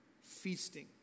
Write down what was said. feasting